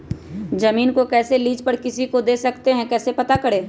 अपना जमीन को कैसे लीज पर किसी को दे सकते है कैसे पता करें?